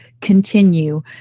continue